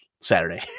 saturday